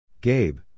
Gabe